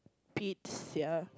~pid sia